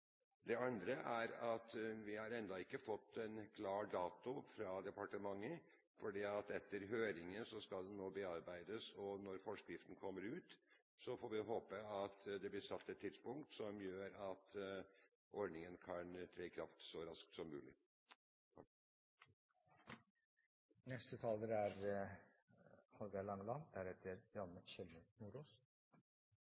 Det andre er at vi har ennå ikke fått en klar dato fra departementet, for etter høringen skal det nå bearbeides. Når forskriften kommer ut, får vi håpe at det blir satt et tidspunkt som gjør at ordningen kan tre i kraft så raskt som mulig. Eg er